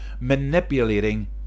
manipulating